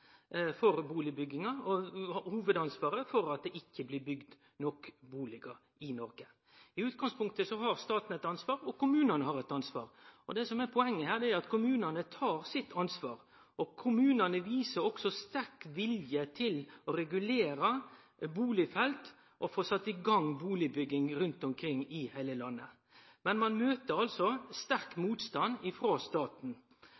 for bustadbygginga og for at det ikkje blir bygd nok bustadar i Noreg. I utgangspunktet har staten eit ansvar og kommunane har eit ansvar. Poenget er at kommunane tar sitt ansvar, og dei viser også sterk vilje til å regulere bustadfelt og til å få sett i gang bustadbygging rundt omkring i heile landet. Men ein møter sterk motstand frå staten.